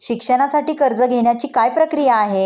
शिक्षणासाठी कर्ज घेण्याची काय प्रक्रिया आहे?